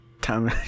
time